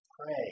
pray